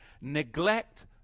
neglect